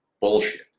Bullshit